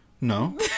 No